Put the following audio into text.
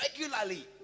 regularly